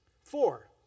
Four